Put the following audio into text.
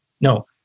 No